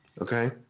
Okay